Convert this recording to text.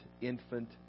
infant